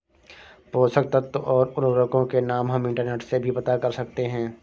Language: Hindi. पोषक तत्व और उर्वरकों के नाम हम इंटरनेट से भी पता कर सकते हैं